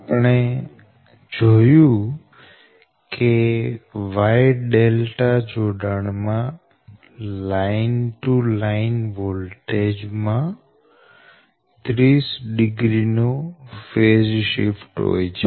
આપણે જોયું કે Y જોડાણ માં લાઈન થી લાઈન વોલ્ટેજ માં 30o નો ફેઝ શિફ્ટ હોય છે